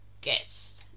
Guess